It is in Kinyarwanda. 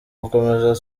gukomeza